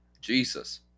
Jesus